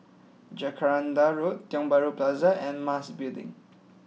Jacaranda Road Tiong Bahru Plaza and Mas Building